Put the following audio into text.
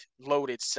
loaded